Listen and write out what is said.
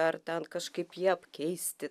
ar ten kažkaip jį apkeisti